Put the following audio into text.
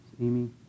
Amy